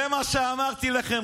זה מה שאמרתי לכם,